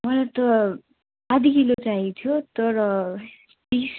मलाई त आधा किलो चाहिएको थियो तर तिस